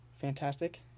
fantastic